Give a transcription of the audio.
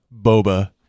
Boba